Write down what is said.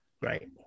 Right